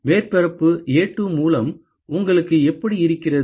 மேற்பரப்பு A2 மூலம் உங்களுக்கு எப்படி இருக்கிறது